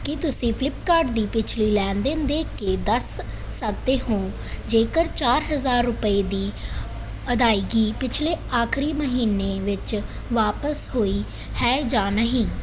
ਕੀ ਤੁਸੀਂਂ ਫਲਿੱਪਕਾਰਟ ਦੀ ਪਿਛਲੀ ਲੈਣ ਦੇਣ ਦੇਖ ਕੇ ਦੱਸ ਸਕਦੇ ਹੋ ਜੇਕਰ ਚਾਰ ਹਜ਼ਾਰ ਰੁਪਏ ਦੀ ਅਦਾਇਗੀ ਪਿਛਲੇ ਆਖਰੀ ਮਹੀਨੇ ਵਿੱਚ ਵਾਪਸ ਹੋਈ ਹੈ ਜਾਂ ਨਹੀਂ